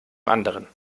anderen